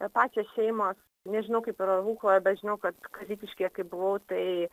pačios šeimos nežinau kaip yra rūkloje bet žinau kad kazikiškyje kai buvau tai